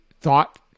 thought